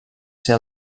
ser